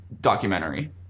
documentary